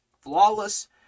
flawless